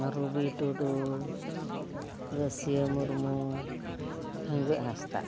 ᱨᱚᱵᱤ ᱴᱩᱰᱩ ᱜᱟᱹᱥᱭᱟᱹ ᱢᱩᱨᱢᱩ ᱦᱟᱺᱜᱟᱹᱜ ᱦᱟᱸᱥᱫᱟ